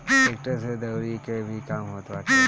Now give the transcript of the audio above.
tractor से दवरी के भी काम होत बाटे